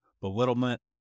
belittlement